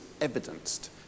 evidenced